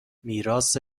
میراث